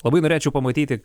labai norėčiau pamatyti